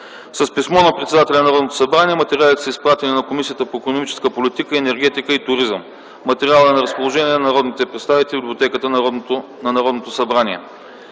С писмо на председателя на Народното събрание материалите са изпратени на Комисията по икономическа политика, енергетика и туризъм. Материалът е на разположение на народните представители в Библиотеката на Народното събрание.